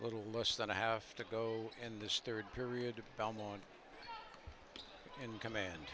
a little less than a half to go in this third period of the belmont in command